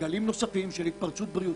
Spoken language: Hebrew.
בגלים נוספים של התפרצות בריאותית,